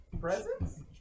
presents